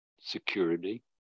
security